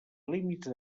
límits